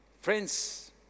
Friends